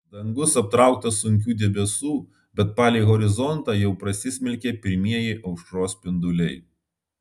dangus aptrauktas sunkių debesų bet palei horizontą jau prasismelkė pirmieji aušros spinduliai